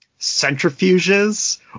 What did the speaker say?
centrifuges